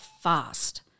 fast